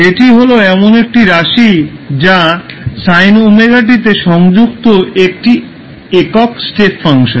এটি হল এমন একটি রাশি যা sin ωt তে সংযুক্ত একটি একক স্টেপ ফাংশন